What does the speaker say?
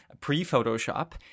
pre-Photoshop